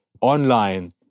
online